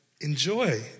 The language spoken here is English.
enjoy